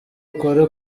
ukore